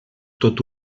tot